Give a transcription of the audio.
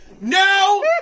No